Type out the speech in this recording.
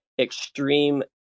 extreme